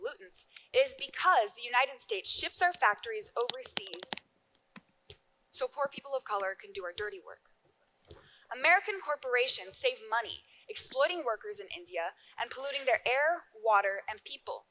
it's is because the united states shifts our factories overseas so for people of color can do our dirty work american corporations save money exploiting workers in india and polluting their air water and people